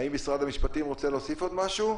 האם משרד המשפטים רוצה להוסיף עוד משהו?